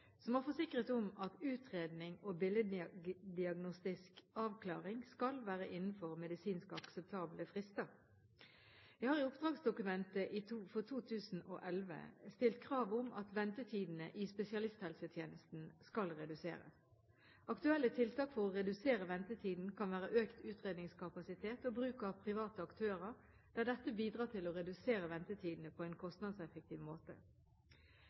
som har forsikret om at utredning og billeddiagnostisk avklaring skal være innenfor medisinsk akseptable frister. Jeg har i oppdragsdokumentet for 2011 stilt krav om at ventetidene i spesialisthelsetjenesten skal reduseres. Aktuelle tiltak for å redusere ventetiden kan være økt utredningskapasitet og bruk av private aktører der dette bidrar til å redusere ventetidene på en kostnadseffektiv måte.